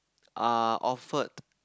are offered